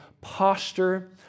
posture